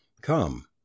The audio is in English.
come